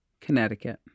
Connecticut